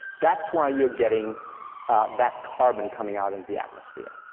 that's why you're getting that carbon coming out into the atmosphere.